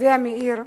צבי מאיר,